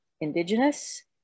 indigenous